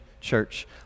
Church